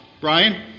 Brian